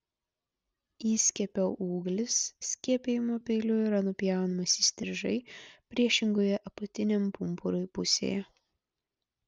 įskiepio ūglis skiepijimo peiliu yra nupjaunamas įstrižai priešingoje apatiniam pumpurui pusėje